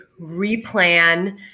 replan